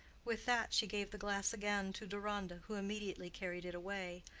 with that she gave the glass again to deronda, who immediately carried it away,